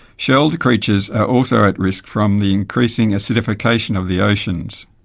shelled creatures are also at risk from the increasing acidification of the oceans.